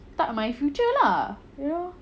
start my future lah you know